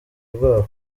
rwabo